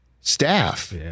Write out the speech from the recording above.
staff